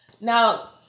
Now